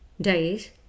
days